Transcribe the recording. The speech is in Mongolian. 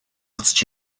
буцаж